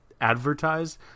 advertised